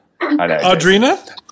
Audrina